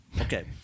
Okay